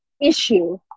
issue